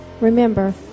remember